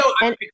no